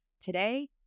Today